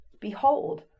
Behold